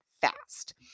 fast